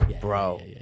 Bro